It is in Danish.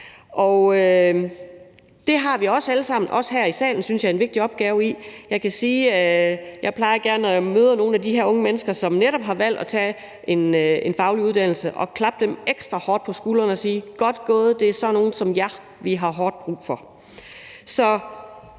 alle sammen, os her i salen, har en vigtig opgave. Jeg kan sige, at jeg, når jeg møder nogle af de her unge mennesker, som netop har valgt at tage en faglig uddannelse, gerne plejer at klappe dem ekstra hårdt på skulderen og sige: Det er godt gået; det er sådan nogle som jer, vi har hårdt brug for.